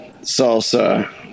salsa